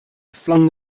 flung